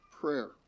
prayer